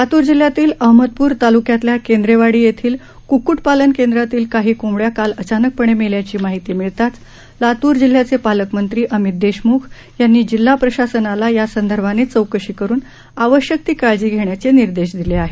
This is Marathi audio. लातूर जिल्ह्यातील अहमदपूर तालुक्यातल्या केंद्रेवाडी येथील कुक्क्ट पालन केंद्रातील कांही कोंबड्या काल अचानकपणे मेल्याची माहिती मिळताच लातूर जिल्याचे पालकमंत्री अमित देशमुख यांनी जिल्हा प्रशासनाला यासंदर्भाने चौकशी करून आवश्यक ती काळजी घेण्याचे निर्देश दिले आहेत